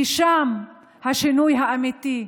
כי שם השינוי האמיתי,